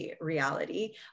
reality